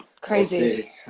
crazy